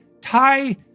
tie